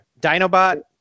dinobot